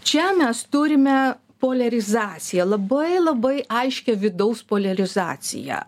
čia mes turime poliarizaciją labai labai aiškią vidaus poliarizaciją